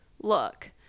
look